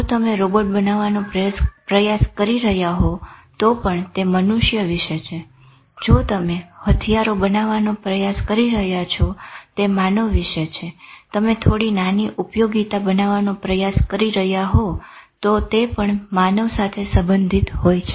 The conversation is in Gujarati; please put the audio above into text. જો તમે રોબોટ બનાવાનો પ્રયાસ કરી રહ્યા હોવ તો પણ તે મનુષ્ય વિશે છે જો તમે હથિયારો બનાવાનો પ્રયાસ કરી રહ્યા છો તે માનવ વિશે છે તમે થોડી નાની ઉપયોગીતા બનાવાનો પ્રયાસ કરી રહ્યા હોવ તો તે પણ માનવ સાથે સંબંધિત હોય છે